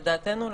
לדעתנו,